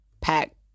pack